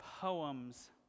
poems